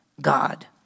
God